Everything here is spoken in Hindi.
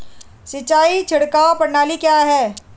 सिंचाई छिड़काव प्रणाली क्या है?